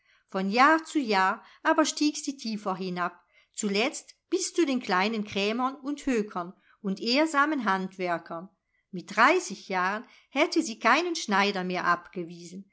von jahr zu jahr aber stieg sie tiefer hinab zuletzt bis zu den kleinen krämern und hökern und ehrsamen handwerkern mit dreißig jahren hätte sie keinen schneider mehr abgewiesen